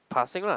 passing lah